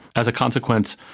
as a consequence,